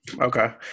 Okay